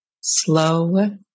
slow